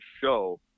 show